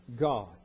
God